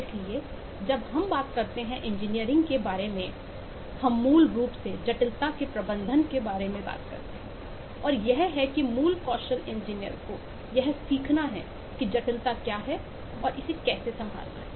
इसलिए जब हम बात करते हैं इंजीनियरिंग के बारे में हम मूल रूप से जटिलता के प्रबंधन के बारे में बात करते हैं और यह है कि मूल कौशल इंजीनियर को यह सीखना है कि जटिलता क्या है और इसे कैसे संभालना है